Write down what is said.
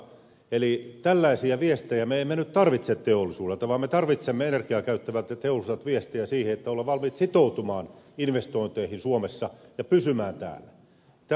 eli tällaisia viestejä me emme nyt tarvitse teollisuudelta vaan me tarvitsemme energiaa käyttävältä teollisuudelta viestiä siitä että ollaan valmiit sitoutumaan investointeihin suomessa ja pysymään täällä